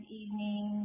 evening